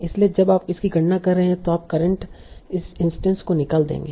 इसलिए जब आप इसकी गणना कर रहे हैं तो आप करेंट इंस्टैंस को निकाल देंगे